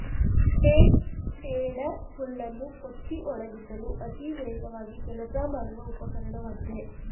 ಹೇ tedder ಹುಲ್ಲನ್ನು ಕೊಚ್ಚಿ ಒಣಗಿಸಲು ಅತಿ ವೇಗವಾಗಿ ಕೆಲಸ ಮಾಡುವ ಉಪಕರಣವಾಗಿದೆ